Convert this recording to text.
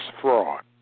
fraud